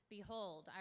Behold